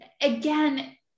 again